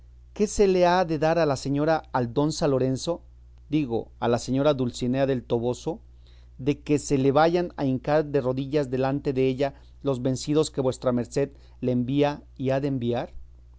qué se le ha de dar a la señora aldonza lorenzo digo a la señora dulcinea del toboso de que se le vayan a hincar de rodillas delante della los vencidos que vuestra merced le envía y ha de enviar